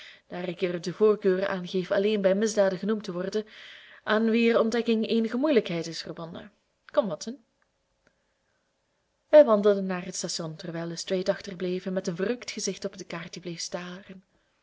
daar ik er de voorkeur aan geef alleen bij misdaden genoemd te worden aan wier ontdekking eenige moeilijkheid is verbonden kom watson wij wandelden naar het station terwijl lestrade achterbleef en met een verrukt gezicht op het kaartje bleef staren